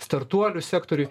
startuolių sektoriuj